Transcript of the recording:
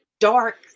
Dark